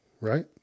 right